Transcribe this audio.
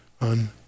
on